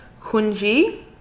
Kunji